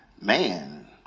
man